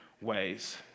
ways